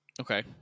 Okay